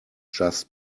just